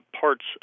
parts